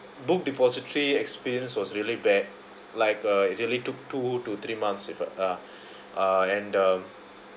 book depository experience was really bad like uh it really took two to three months with uh ya and um